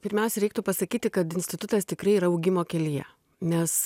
pirmiausia reiktų pasakyti kad institutas tikrai yra augimo kelyje nes